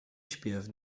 śpiew